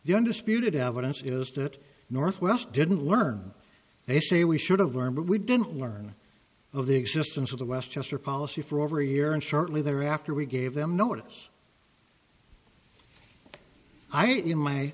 the undisputed evidence is that northwest didn't learn they say we should've learned but we didn't learn of the existence of the westchester policy for over a year and shortly thereafter we gave them notice i in my